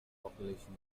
population